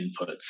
inputs